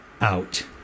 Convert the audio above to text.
out